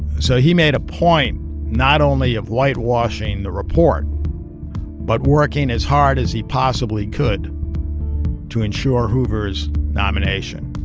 so he made a point not only of whitewashing the report but working as hard as he possibly could to ensure hoover's nomination